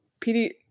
PD